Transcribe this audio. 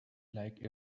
like